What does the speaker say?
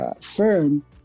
firm